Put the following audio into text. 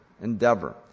endeavor